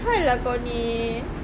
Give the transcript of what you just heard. eh hal lah kau ni